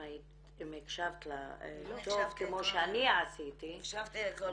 אם הקשבת לה טוב כמו שאני עשיתי --- הקשבתי לכל מילה.